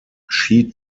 ski